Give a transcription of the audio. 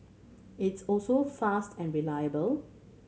it's also fast and reliable